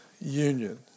union